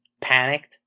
panicked